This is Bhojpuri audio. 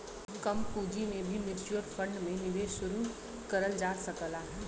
कम पूंजी से भी म्यूच्यूअल फण्ड में निवेश शुरू करल जा सकला